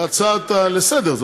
זאת הצעה לסדר-היום.